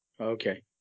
Okay